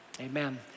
Amen